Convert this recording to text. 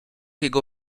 jego